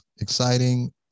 exciting